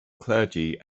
clergy